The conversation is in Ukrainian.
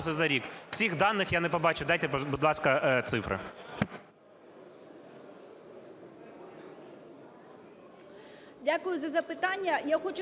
за рік. Цих даних я не побачив. Дайте, будь ласка, цифри.